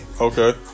Okay